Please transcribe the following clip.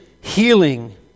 healing